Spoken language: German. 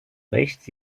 rechts